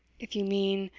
if you mean,